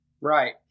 Right